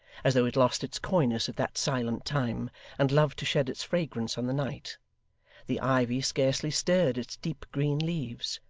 as though it lost its coyness at that silent time and loved to shed its fragrance on the night the ivy scarcely stirred its deep green leaves.